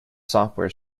software